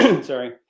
sorry